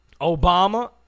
Obama